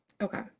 Okay